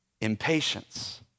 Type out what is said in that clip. impatience